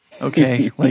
okay